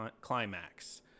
Climax